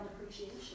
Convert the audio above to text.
appreciation